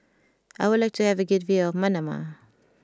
I would like to have a good view of Manama